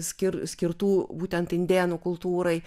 skir skirtų būtent indėnų kultūrai